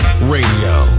Radio